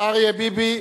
אריה ביבי.